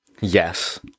Yes